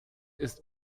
ist